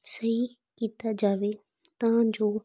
ਸਹੀ ਕੀਤਾ ਜਾਵੇ ਤਾਂ ਜੋ